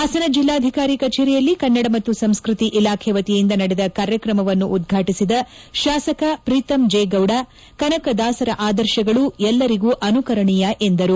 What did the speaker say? ಹಾಸನ ಜಿಲ್ಲಾಧಿಕಾರಿ ಕಚೇರಿಯಲ್ಲಿ ಕನ್ನಡ ಮತ್ತು ಸಂಸ್ಕೃತಿ ಇಲಾಖೆ ವತಿಯಿಂದ ನಡೆದ ಕಾರ್ಯಕ್ರಮವನ್ನು ಉದ್ವಾಟಿಸಿದ ಶಾಸಕ ಪ್ರೀತಂ ಜೆ ಗೌಡ ಕನಕದಾಸರ ಆದರ್ಶಗಳು ಎಲ್ಲರಿಗೂ ಅನುಕರಣೀಯ ಎಂದರು